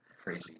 Crazy